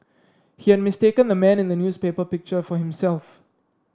he had mistaken the man in the newspaper picture for himself